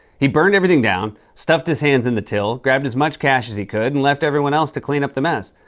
he burned everything down, stuffed his hands in the till, grabbed as much cash as he could, and left everyone else to clean up the mess.